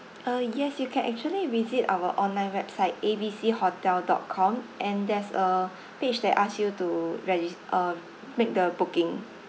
uh yes you can actually visit our online website A B C hotel dot com and there's a page that ask you to regis~ uh make the booking